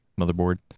motherboard